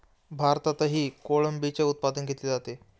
भारतातही कोळंबीचे उत्पादन घेतले जाते